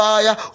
Fire